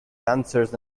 dancers